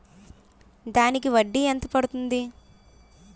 దానికి వడ్డీ ఎంత పడుతుంది?